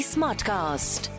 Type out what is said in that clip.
Smartcast